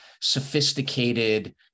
sophisticated